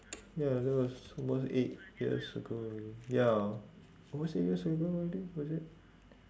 ya that was almost eight years ago ya almost eight years ago already was it